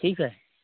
ठीक है